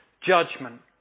judgment